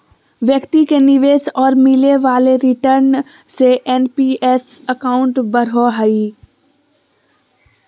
व्यक्ति के निवेश और मिले वाले रिटर्न से एन.पी.एस अकाउंट बढ़ो हइ